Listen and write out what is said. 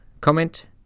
Comment